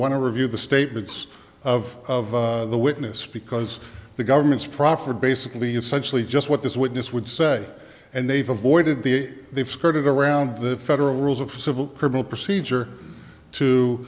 to review the statements of the witness because the government's proffer basically essentially just what this witness would say and they've avoided the they've skirted around the federal rules of civil criminal procedure to